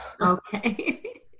Okay